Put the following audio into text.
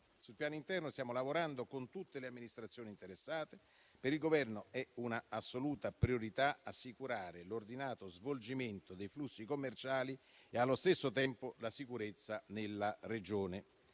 Sul piano interno, stiamo lavorando con tutte le amministrazioni interessate. Per il Governo è una assoluta priorità assicurare l'ordinato svolgimento dei flussi commerciali e, allo stesso tempo, la sicurezza nella regione.